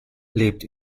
lebt